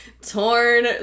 torn